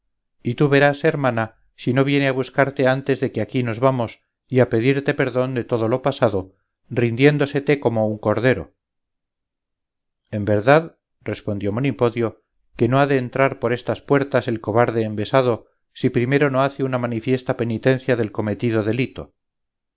y tú verás hermana si no viene a buscarte antes que de aquí nos vamos y a pedirte perdón de todo lo pasado rindiéndosete como un cordero en verdad respondió monipodio que no ha de entrar por estas puertas el cobarde envesado si primero no hace una manifiesta penitencia del cometido delito